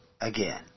again